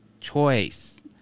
choice